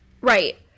right